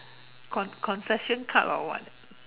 con concession card or what